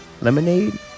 Lemonade